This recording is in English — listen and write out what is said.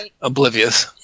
Oblivious